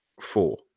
Four